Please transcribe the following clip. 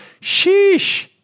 Sheesh